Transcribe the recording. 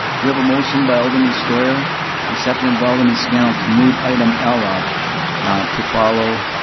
we have a motion by alderman steuer and seconded by alderman scannell to move item l up to follow